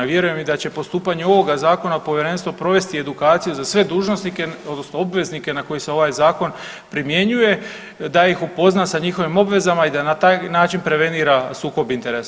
Vjerujem i da će postupanje ovoga zakona povjerenstvo provesti edukaciju za sve dužnosnike odnosno obveznike na koje se ovaj zakon primjenjuje da ih upozna sa njihovim obvezama i da na taj način prevenira sukob interesa.